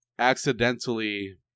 Accidentally